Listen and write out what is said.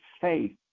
faith